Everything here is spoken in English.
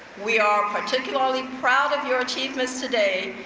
we are particularly proud of your achievements today,